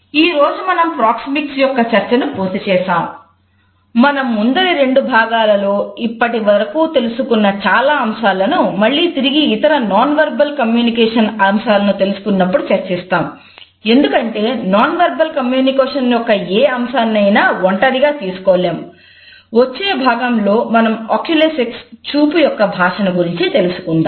ఈ రోజు మనం ప్రోక్సెమిక్స్ చూపు యొక్క భాష గురించి తెలుసుకుందాము